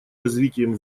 развитием